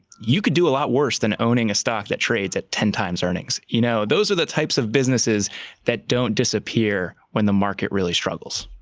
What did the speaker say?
you could do a lot worse than owning a stock that trades at ten x earnings. you know those are the types of businesses that don't disappear when the market really struggles.